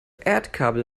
erdkabel